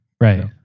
Right